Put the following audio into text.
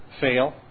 fail